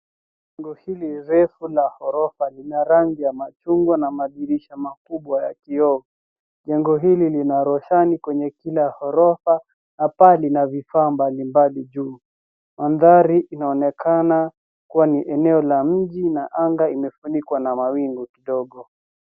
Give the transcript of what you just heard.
Jengo hili refu la ghorofa lina rangi ya machungwa na madirisha makubwa ya kioo. Jengo hili lina roshani kwenye kila ghorofa na paa lina vifaa mbalimbali juu. Mandhari inaonekana kuwa ni eneo la mji na anga imefunikwa na mawingu kidogo.